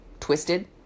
Twisted